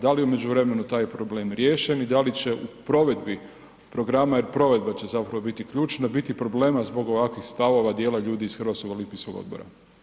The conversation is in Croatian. Da li je u međuvremenu taj problem riješen i da li će u provedbi programa jer provedba će zapravo biti ključna, biti problema zbog ovakvih stavova dijela ljudi iz Hrvatskog olimpijskog odbora?